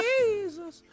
Jesus